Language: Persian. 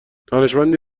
دانشمندی